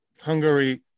hungary